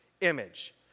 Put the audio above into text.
image